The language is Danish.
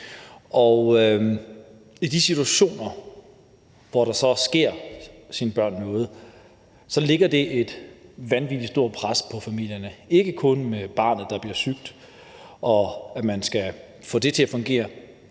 i de situationer, hvor der så sker ens barn noget, lægger det et vanvittig stort pres på familien, ikke kun med barnet, der bliver sygt, og at man skal få det til at fungere,